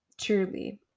truly